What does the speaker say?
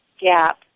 gap